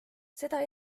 seda